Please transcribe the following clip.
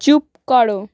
চুপ করো